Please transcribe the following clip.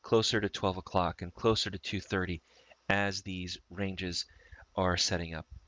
closer to twelve o'clock and closer to two thirty as these ranges are setting up.